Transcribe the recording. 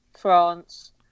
France